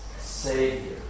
savior